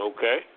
Okay